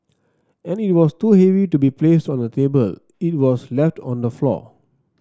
as it was too heavy to be placed on the table it was left on the floor